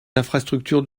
infrastructures